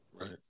Right